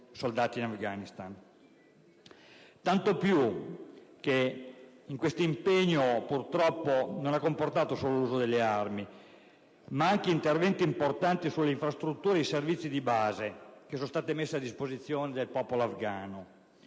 tanto più che questo impegno non ha comportato soltanto l'uso delle armi, ma anche interventi importanti sulle infrastrutture e sui servizi di base che sono stati messi a disposizione del popolo afgano.